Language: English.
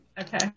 Okay